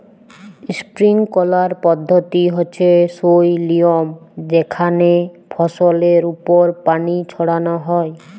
sprinkler পদ্ধতি হচ্যে সই লিয়ম যেখানে ফসলের ওপর পানি ছড়ান হয়